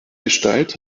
gestalt